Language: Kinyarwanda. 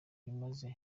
bimaze